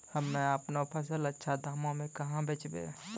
हम्मे आपनौ फसल अच्छा दामों मे कहाँ बेचबै?